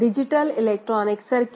नमस्कार